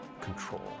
control